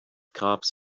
cops